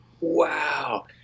wow